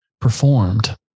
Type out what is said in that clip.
performed